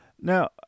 now